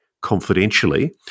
confidentially